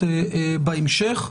בהמשך.